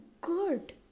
good